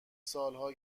سالها